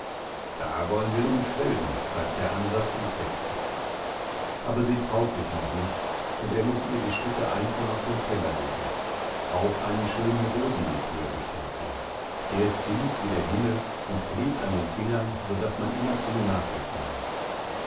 da wollen wir nun schwelgen sagt der ansas und reckt sich aber sie traut sich noch nicht und er muß ihr die stücke einzeln auf den teller legen auch einen schönen rosenlikör bestellt er der ist süß wie der himmel und klebt an den fingern so daß man immerzu nachlecken muß